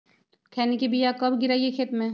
खैनी के बिया कब गिराइये खेत मे?